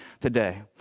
today